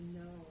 no